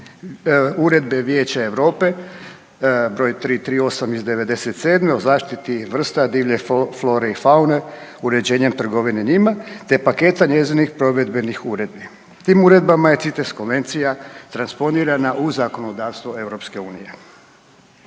uredbe Vijeća Europe broj 338. iz '97. o zaštiti vrsta divlje flore i faune uređenjem trgovine njima, te paketa njezinih provedbenih uredbi. Tim uredbama je CITES konvencija transponirana u zakonodavstvo EU.